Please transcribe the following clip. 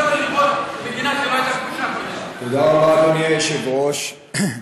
תודה רבה, אדוני היושב-ראש.